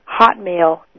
hotmail